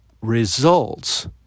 results